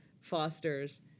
fosters